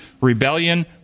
Rebellion